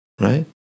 right